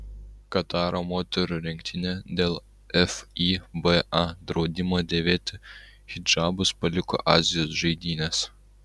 kataro moterų rinktinė dėl fiba draudimo dėvėti hidžabus paliko azijos žaidynes